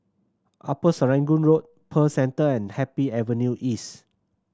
Upper Serangoon Road Pearl Centre and Happy Avenue East